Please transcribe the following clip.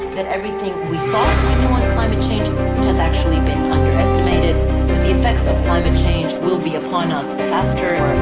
that everything we thought we knew on climate change has actually been underestimated, that the effects of climate change will be upon us faster